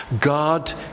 God